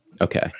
Okay